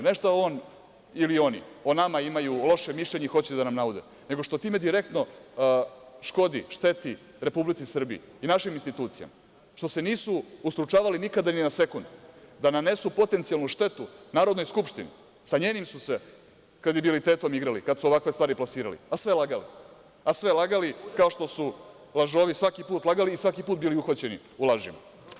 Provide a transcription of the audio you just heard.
Ne što on ili oni o nama imaju loše mišljenje i hoće da nam naude, nego što time direktno škodi i šteti Republici Srbiji i našim institucijama, što se nisu nikada ustručavali ni na sekund da nanesu potencijalnu štetu Narodnoj skupštini, sa njenim su se kredibilitetom igrali, kada su ovakve stvari plasirali, a sve lagali, kao što su lažovi svaki put lagali i svaki put bili uhvaćeni u lažima.